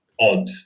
odd